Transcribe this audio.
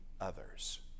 others